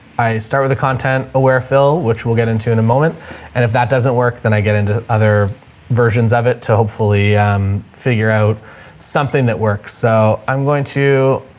i start with the content aware fill, which we'll get into in a moment and if that doesn't work then i get into other versions of it to hopefully figure out something that works. so i'm going to